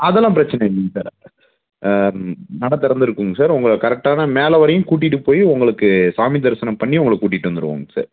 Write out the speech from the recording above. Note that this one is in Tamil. அதெலாம் பிரச்சனை இல்லைங்க சார் நடை திறந்துருக்குங்க சார் அவங்க கரெக்டான மேலே வரையும் கூட்டிகிட்டு போய் உங்களுக்கு சாமி தரிசனம் பண்ணி உங்கள கூட்டிட்டு வந்துருவாங்க சார்